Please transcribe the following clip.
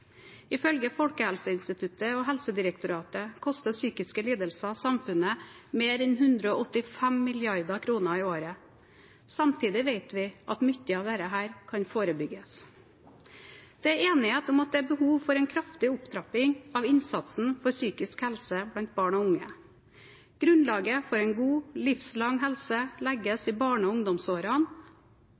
Ifølge Folkehelseinstituttet og Helsedirektoratet koster psykiske lidelser samfunnet mer enn 185 mrd. kr i året. Samtidig vet vi at mye av dette kan forebygges. Det er enighet om at det er behov for en kraftig opptrapping av innsatsen for psykisk helse blant barn og unge. Grunnlaget for en god, livslang helse legges i barne- og ungdomsårene,